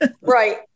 Right